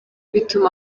bituma